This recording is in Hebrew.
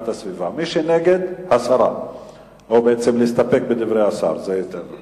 ואדוני השר בעצם מאשר לנו את הטענה המרכזית הקשה הזאת,